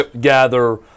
gather